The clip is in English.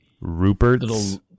Rupert's